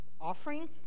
offering